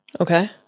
Okay